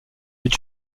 est